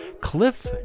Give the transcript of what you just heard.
Cliff